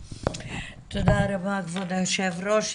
תודה רבה, כבוד היושב ראש.